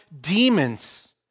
demons